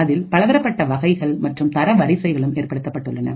அதில் பலதரப்பட்ட வகைகள் மற்றும் தரவரிசைகளும் ஏற்படுத்தப்பட்டுள்ளன